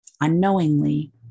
unknowingly